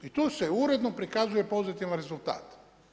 I tu se uredno prikazuje pozitivan rezultat.